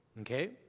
Okay